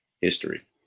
history